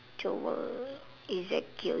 joel ezekiel